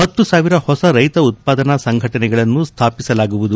ಹತ್ತು ಸಾವಿರ ಹೊಸ ರೈತ ಉತ್ಪಾದನಾ ಸಂಘಟನೆಗಳನ್ನು ಸ್ವಾಪಿಸಲಾಗುವುದು